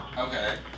Okay